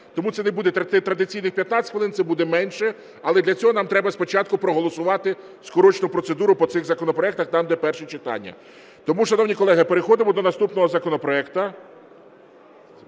тому це не буде традиційних 15 хвилин, це буде менше. Але для цього нам треба спочатку проголосувати скорочену процедуру по цих законопроектах там, де перше читання. Тому, шановні колеги, переходимо до наступного законопроекту